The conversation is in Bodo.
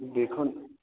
बेखौ